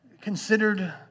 considered